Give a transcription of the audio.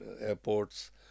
airports